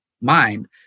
mind